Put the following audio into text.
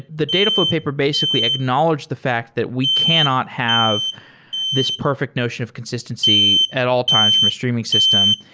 the dataflow paper basically acknowledged the fact that we cannot have this perfect notion of consistency at all times from a streaming system.